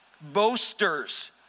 boasters